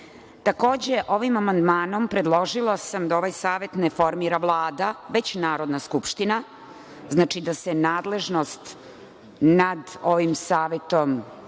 Takođe, ovim amandmanom predložila sam da ovaj savet ne formira Vlada, već Narodna skupština, znači, da se nadležnost nad ovim savetom